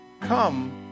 come